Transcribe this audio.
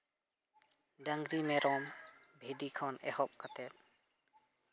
ᱰᱟᱹᱝᱨᱤ ᱢᱮᱨᱚᱢ ᱵᱷᱤᱰᱤ ᱠᱷᱚᱱ ᱮᱦᱚᱵ ᱠᱟᱛᱮᱫ